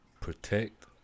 protect